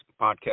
podcast